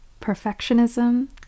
Perfectionism